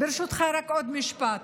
ברשותך, רק עוד משפט.